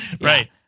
Right